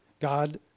God